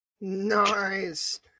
Nice